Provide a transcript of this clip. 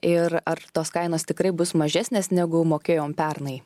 ir ar tos kainos tikrai bus mažesnės negu mokėjom pernai